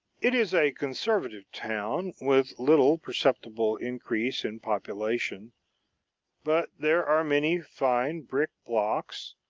it is a conservative town, with little perceptible increase in population but there are many fine brick blocks,